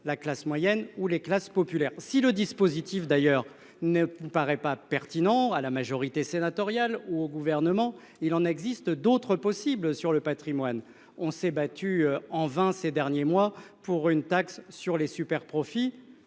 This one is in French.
la classe moyenne ou les classes populaires. Si le dispositif d'ailleurs ne me paraît pas pertinent à la majorité sénatoriale ou au gouvernement, il en existe d'autres possibles sur le Patrimoine. On s'est battu en vain ces derniers mois pour une taxe sur les superprofits.